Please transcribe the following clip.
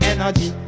Energy